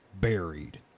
buried